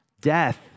death